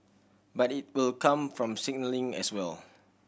but it will come from signalling as well